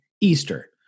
Easter